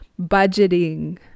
budgeting